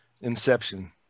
Inception